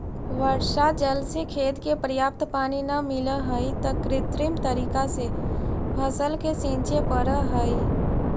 वर्षा जल से खेत के पर्याप्त पानी न मिलऽ हइ, त कृत्रिम तरीका से फसल के सींचे पड़ऽ हइ